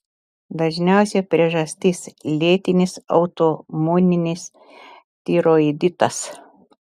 dažniausia priežastis lėtinis autoimuninis tiroiditas